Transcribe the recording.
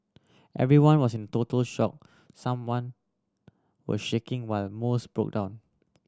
everyone was in total shock someone were shaking while most broke down